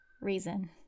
reason